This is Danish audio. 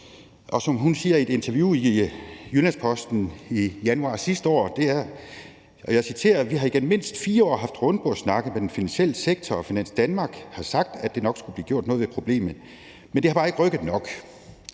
Og som hun sagde i et interview i Jyllands-Posten i januar sidste år, og jeg citerer: »Vi har igennem mindst fire år haft rundbordssnakke med den finansielle sektor, og Finans Danmark har sagt, at der nok skulle blive gjort noget ved problemet. Men det har bare ikke rykket noget.«